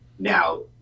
Now